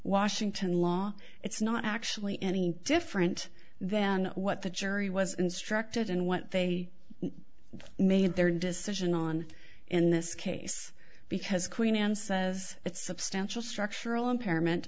washington law it's not actually any different than what the jury was instructed and what they made their decision on in this case because queen anne says that substantial structural impairment